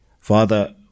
Father